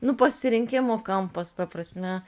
nu pasirinkimo kampas ta prasme